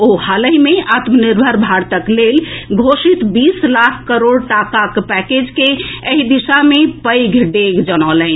ओ हालहि मे आत्मनिर्भर भारतक लेल घोषित बीस लाख करोड़ टाकाक पैकेज के एहि दिशा मे पैघ डेग जनौलनि